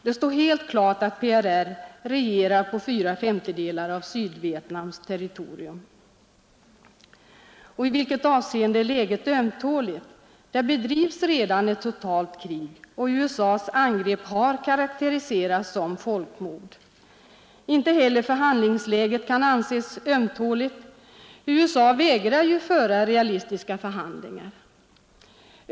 Det står helt klart att PRR regerar på fyra femtedelar av Sydvietnams territorium, Och i vilket avseende är läget ”ömtåligt”: Där bedrivs redan ett totalt krig, och USAs angrepp har karaktäriserats som folkmord. Inte heller förhandlingsläget kan anses ”ömtåligt”. USA vägrar ju föra realistiska förhandlingar.